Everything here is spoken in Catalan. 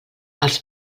els